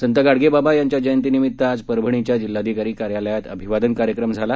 संत गाडगेबाबा यांच्या जयंतीनिमित्त आज परभणीच्या जिल्हाधिकारी कार्यालयात अभिवादन कार्यक्रम झाला